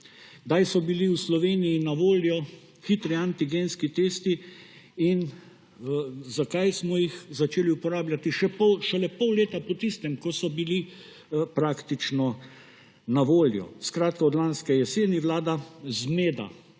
Kdaj so bili v Sloveniji na voljo hitri antigenski testi? Zakaj smo jih začeli uporabljati šele pol leta po tistem, ko so bili praktično na voljo? Od lanske jeseni vlada zmeda